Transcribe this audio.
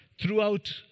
throughout